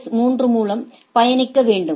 S 3 மூலம் பயணிக்க வேண்டும்